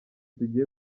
tugiye